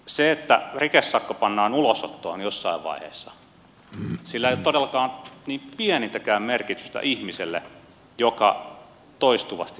sillä että rikesakko pannaan ulosottoon jossain vaiheessa ei ole todellakaan pienintäkään merkitystä ihmiselle joka toistuvasti näpistelee